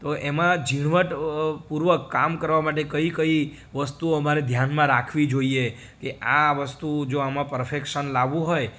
તો એમાં ઝીણવટ પુર્વક કામ કરવા માટે કઈ કઈ વસ્તુ અમારે ધ્યાનમાં રાખવી જોઈએ કે આ વસ્તુ જો આમાં પરફેકશન લાવવું હોય